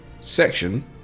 section